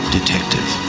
Detective